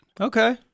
Okay